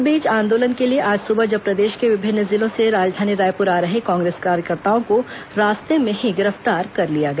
इस बीच आंदोलन के लिए आज सुबह जब प्रदेश के विभिन्न जिलों से राजधानी रायपुर आ रहे कांग्रेस कार्यकर्ताओं को रास्ते में ही गिरफ्तार कर लिया गया